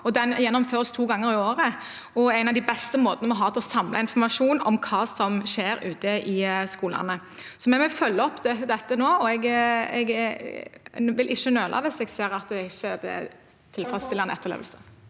Den gjennomføres to ganger i året og er en av de beste måtene vi har til å samle informasjon om hva som skjer ute i skolene. Så vi vil følge opp dette nå, og jeg vil ikke nøle hvis jeg ser at det ikke fører til etterlevelse.